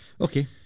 Okay